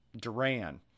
Duran